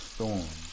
Storm